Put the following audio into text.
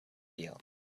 feel